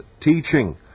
teaching